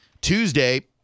Tuesday